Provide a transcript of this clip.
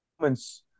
moments